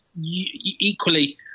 equally